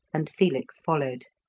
and felix followed.